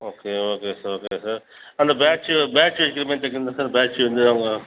okay okay sir okay sir அந்த patch patch வைக்கிற மாரி தைக்கணுமா சார் பேட்ச்சு வந்து அவங்க